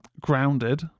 grounded